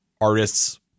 Artists